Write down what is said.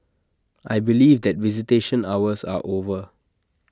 I believe that visitation hours are over